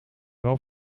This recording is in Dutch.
wel